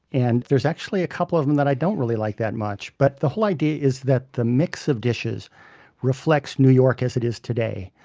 and there are actually a couple of them that i don't really like that much but the whole idea is that the mix of dishes reflects new york as it is today,